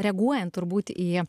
reaguojant turbūt į